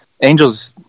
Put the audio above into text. Angels